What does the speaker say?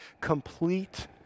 complete